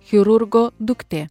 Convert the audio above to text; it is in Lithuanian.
chirurgo duktė